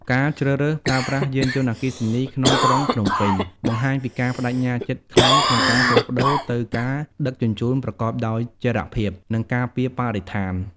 ការជ្រើសរើសប្រើប្រាស់យានយន្តអគ្គីសនីក្នុងក្រុងភ្នំពេញ បង្ហាញពីការប្តេជ្ញាចិត្តខ្លាំងក្នុងការផ្លាស់ប្តូរទៅការដឹកជញ្ជូនប្រកបដោយចីរភាព និងការពារបរិស្ថាន។